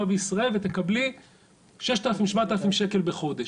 בישראל ותקבלי 6,000-7,000 ₪ בחודש",